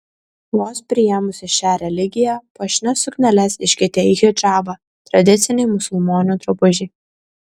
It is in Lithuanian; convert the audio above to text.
vos priėmusi šią religiją puošnias sukneles iškeitė į hidžabą tradicinį musulmonių drabužį